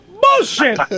Bullshit